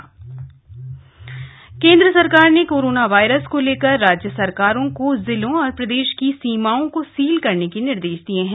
स्वास्थ्य मंत्रालय पीसी केंद्र सरकार ने कोरोना वायरस को लेकर राज्य सरकारों को जिलों और प्रदेश की सीमाओं को सील करने के निर्देश दिये हैं